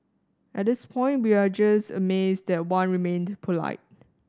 at this point we are just amazed that Wan remained polite